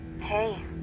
Hey